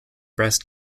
breast